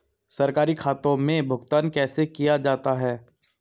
सरकारी खातों में भुगतान कैसे किया जाता है?